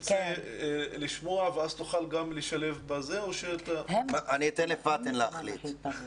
תרצה לשמוע ואז תוכל גם לשלב ב --- אני אתן לפאתן להחליט.